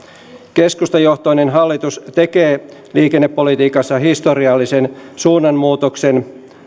keskustajohtoinen hallitus tekee liikennepolitiikassa historiallisen suunnanmuutoksen